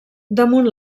damunt